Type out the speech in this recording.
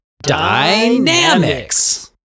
Dynamics